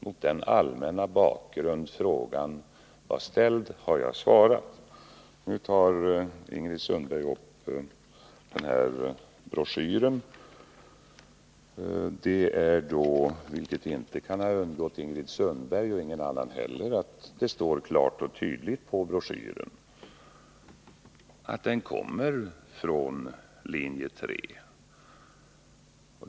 Mot den allmänna bakgrund som angavs i den ställda frågan har jag svarat. Nu tar Ingrid Sundberg upp denna broschyr. Det kan inte ha undgått Ingrid Sundberg — och inte heller någon annan — att det står klart och tydligt i broschyren att den kommer från linje 3.